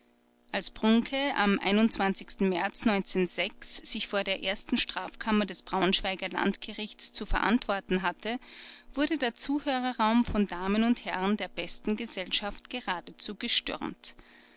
als brunke am märz sich vor der ersten strafkammer des braunschweiger landgerichts zu verantworten hatte wurde der zuhörerraum von damen und herren der besten gesellschaft geradezu gestürmt